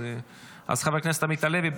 חבר הכנסת עמית הלוי.